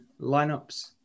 lineups